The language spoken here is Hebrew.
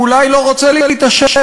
הוא אולי לא רוצה להתעשר,